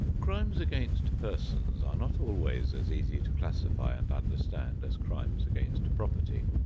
crimes against persons are not always as easy to classify and understand as crimes against property.